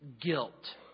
guilt